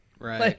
Right